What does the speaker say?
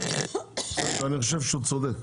אני חושב שהוא צודק.